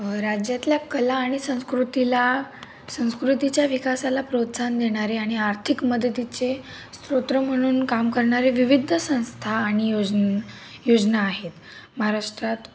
राज्यातल्या कला आणि संस्कृतीला संस्कृतीच्या विकासाला प्रोत्साहन देणारे आणि आर्थिक मदतीचे स्तोत्र म्हणून काम करणारे विविध संस्था आणि योजन् योजना आहेत महाराष्ट्रात